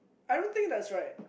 I don't think that's right